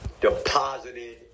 deposited